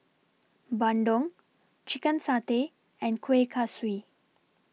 Bandung Chicken Satay and Kuih Kaswi